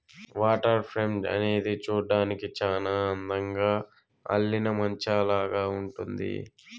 water frame అనేది చూడ్డానికి చానా అందంగా అల్లిన మంచాలాగా ఉంటుంది